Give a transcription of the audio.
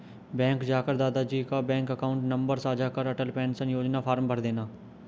bank जाकर दादा जी का बैंक अकाउंट नंबर साझा कर अटल पेंशन योजना फॉर्म भरदेना